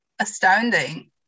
astounding